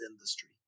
industry